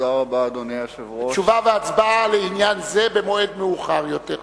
תשובה והצבעה על עניין זה במועד מאוחר יותר.